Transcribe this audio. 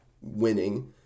winning